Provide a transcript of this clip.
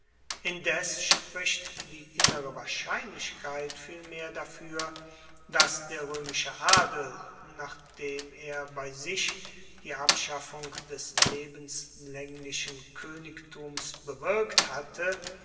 indes spricht die innere wahrscheinlichkeit vielmehr dafuer dass der roemische adel nachdem er bei sich die abschaffung des lebenslaenglichen koenigtums bewirkt hatte